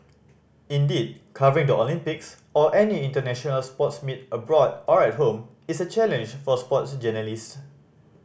indeed covering the Olympics or any international sports meet abroad or at home is a challenge for sports journalist